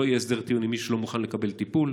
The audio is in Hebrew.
יהיה הסדר טיעון עם מי שלא מוכן לקבל טיפול,